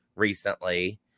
recently